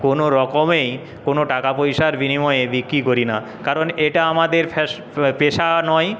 কোনো রকমেই কোনো টাকা পয়সার বিনিময়ে বিক্রি করি না কারণ এটা আমাদের ফেস পেশা নয়